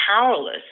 powerless